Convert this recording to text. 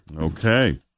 Okay